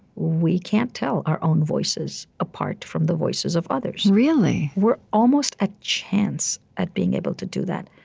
we can't tell our own voices apart from the voices of others really? we're almost at chance at being able to do that.